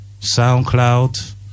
soundcloud